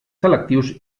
selectius